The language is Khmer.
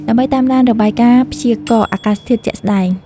ដើម្បីតាមដានរបាយការណ៍ព្យាករណ៍អាកាសធាតុជាក់ស្ដែង។